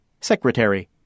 Secretary